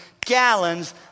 gallons